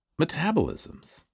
metabolisms